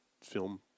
film